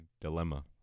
dilemma